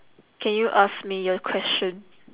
can you ask me a question